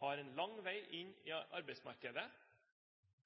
har en lang vei inn i arbeidsmarkedet, og